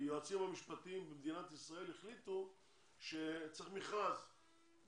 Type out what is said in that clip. שהיועצים המשפטיים במדינת ישראל החליטו שצריך מכרזים.